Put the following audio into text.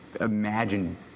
imagine